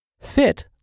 Fit